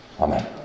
Amen